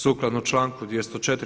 Sukladno članku 204.